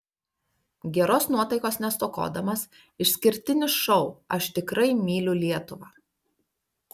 geros nuotaikos nestokodamas išskirtinis šou aš tikrai myliu lietuvą